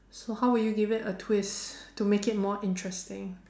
so how would you give it a twist to make it more interesting